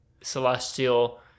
celestial